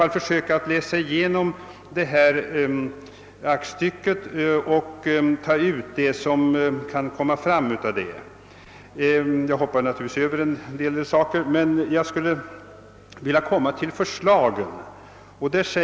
Jag skall ändå gå igenom aktstycket i fråga och sortera ut vad det kan ge. Jag hoppar naturligtvis över en del och går direkt in på de förslag som framförs.